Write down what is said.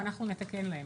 ואנחנו נתקן להם.